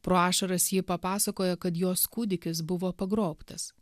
pro ašaras ji papasakojo kad jos kūdikis buvo pagrobtas